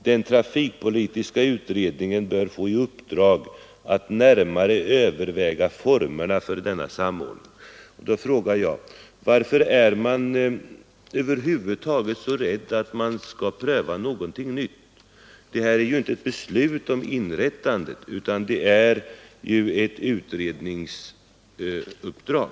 Den trafikpolitiska utredningen bör få i uppdrag att närmare överväga formerna för denna samordning.” Då frågar jag: Varför är man över huvud taget så rädd för att pröva någonting nytt? Här gäller det ju inte ett beslut om inrättande av något samordningsorgan utan ett utredningsuppdrag.